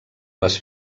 les